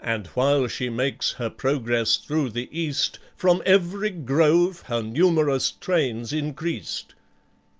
and while she makes her progress through the east, from every grove her numerous train's increased